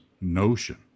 notion